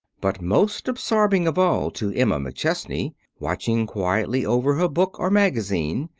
but most absorbing of all to emma mcchesney, watching quietly over her book or magazine,